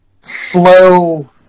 slow